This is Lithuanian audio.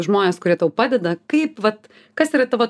žmonės kurie tau padeda kaip vat kas yra tavo